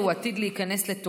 הוא עתיד להיכנס לתוקף.